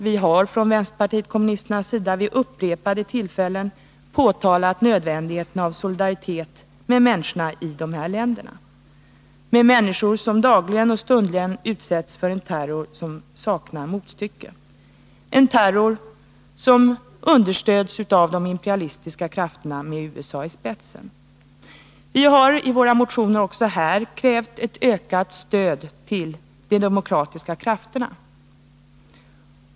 Vi har från vänsterpartiet kommunisternas sida vid upprepade tillfällen påtalat nödvändigheten av solidaritet med människorna i dessa länder, människor som dagligen och stundligen utsätts för en terror som saknar motstycke, en terror som understöds av de imperialistiska krafterna med USA i spetsen. Vi har i vår motion också här krävt ett ökat stöd till de demokratiska krafterna.